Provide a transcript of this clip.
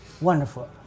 Wonderful